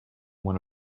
one